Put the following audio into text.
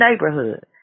neighborhood